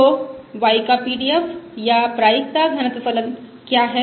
तो y का PDF या प्रायिकता घनत्व फलन क्या है